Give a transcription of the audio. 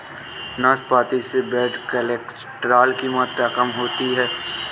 नाशपाती से bad cholesterol की मात्रा कम होती है